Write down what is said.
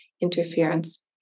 interference